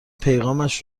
پیغامش